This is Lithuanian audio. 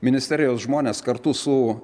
ministerijos žmonės kartu su